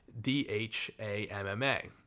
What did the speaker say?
D-H-A-M-M-A